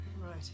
Right